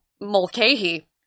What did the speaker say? Mulcahy